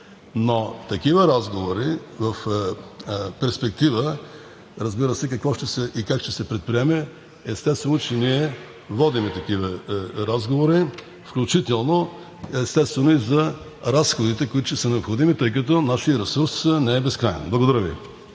Но такива разговори са в перспектива, разбира се, какво и как ще се предприеме, естествено, че ние водим такива разговори, включително, естествено и за разходите, които ще са необходими, тъй като нашият ресурс не е безкраен. Благодаря Ви.